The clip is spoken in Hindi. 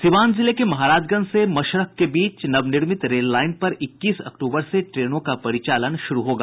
सीवान जिले के महाराजगंज से मशरख के बीच नवनिर्मित रेल लाईन पर इक्कीस अक्टूबर से ट्रेनों का परिचालन शुरू होगा